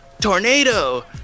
Tornado